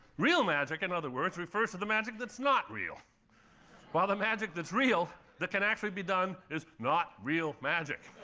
real magic in other words, refers to the magic that is not real while the magic that is real, that can actually be done, is not real magic.